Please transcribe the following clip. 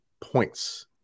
points